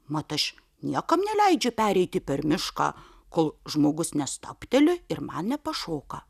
mat aš niekam neleidžiu pereiti per mišką kol žmogus nestabteli ir man nepašoka